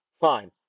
fine